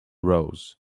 rose